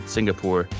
Singapore